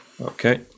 Okay